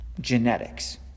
genetics